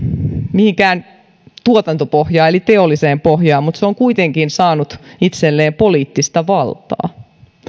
mihinkään tuotantopohjaan eli teolliseen pohjaan mutta se on kuitenkin saanut itselleen poliittista valtaa